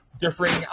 differing